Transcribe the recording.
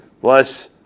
Plus